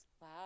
Wow